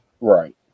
Right